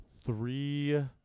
three